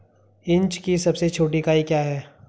Inch की सबसे छोटी इकाई क्या है?